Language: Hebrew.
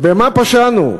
במה פשענו?